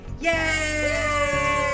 Yay